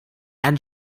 and